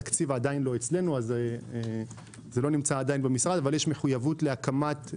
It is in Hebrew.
התקציב עדיין לא אצלנו במשרד אבל יש מחויבות להעברת